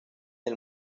del